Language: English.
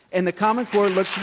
and the common core looks